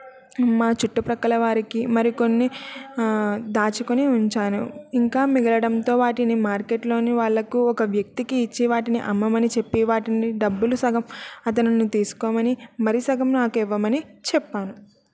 మా చుట్టూ ప్రక్కల వారికి మరి కొన్ని దాచుకోని ఉంచాను ఇంకా మిగలడంతో వాటిని మార్కెట్లోని వాళ్ళకు మార్కెట్లోని ఒక వ్యక్తికి ఇచ్చి వాటిని అమ్మమని చెప్పి వాటిని డబ్బులు సగం అతనిని తీసుకోమని మరి సగం నాకు ఇవ్వమని చెప్పాను